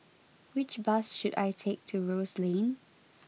which bus should I take to Rose Lane